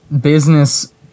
business